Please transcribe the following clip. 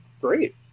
great